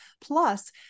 Plus